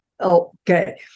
Okay